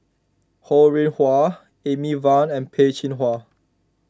Ho Rih Hwa Amy Van and Peh Chin Hua